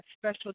special